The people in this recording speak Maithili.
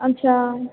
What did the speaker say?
अच्छा